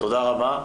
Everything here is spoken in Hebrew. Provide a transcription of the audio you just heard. תודה רבה.